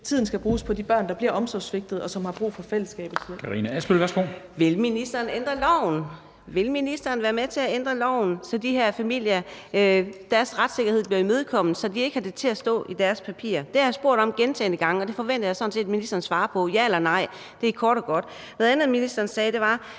Kristensen): Karina Adsbøl, værsgo. Kl. 13:19 Karina Adsbøl (DF): Vil ministeren ændre loven? Vil ministeren være med til at ændre loven, så de her familiers retssikkerhed bliver imødekommet, og så det ikke står i deres papirer? Det har jeg spurgt om gentagne gange, og det forventer jeg sådan set ministeren svarer på – ja eller nej? – kort og godt. Noget andet, som ministeren sagde, var,